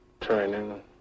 training